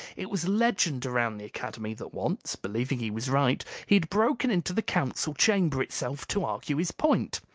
it was legend around the academy that once, believing he was right, he had broken into the council chamber itself to argue his point.